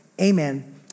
amen